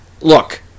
look